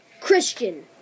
Christian